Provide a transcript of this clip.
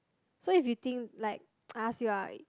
so if you think like I ask you ah